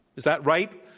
is that right,